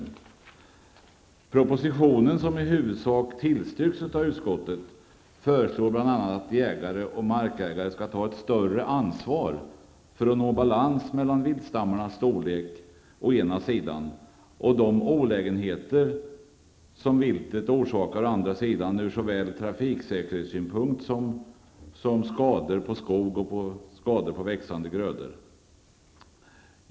I propositionen, som i huvudsak tillstyrks av utskottet, föreslås bl.a. att jägare och markägare skall ta ett större ansvar för att nå balans mellan å ena sidan viltstammarnas storlek och å andra sidan de olägenheter som viltet orsakar ur trafiksäkerhetssynpunkt och i form av skador på skog och växande grödor.